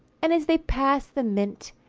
and, as they passed the mint,